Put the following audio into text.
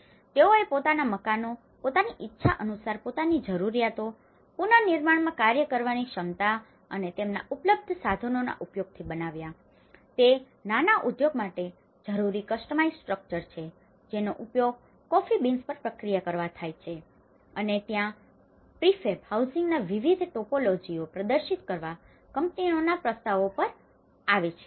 અને તેઓએ પોતાના મકાનો પોતાની ઈચ્છા અનુસાર પોતાની જરૂરિયાતો પુનર્નિર્માણમાં કાર્ય કરવાની ક્ષમતા અને તેમના ઉપલબ્ધ સાધનોના ઉપયોગથી બનાવ્યા તે નાના ઉદ્યોગ માટે જરૂરી કસ્ટમાઇઝ્ડ સ્ટ્રક્ચર છે જેનો ઉપયોગ કોફી બીન્સ પર પ્રક્રિયા કરવા માટે થાય છે અને ત્યાં પ્રિફેબ હાઉસિંગના વિવિધ ટોપોલોજીઓ પ્રદર્શિત કરવા કંપનીઓના પ્રસ્તાવો પણ આવે છે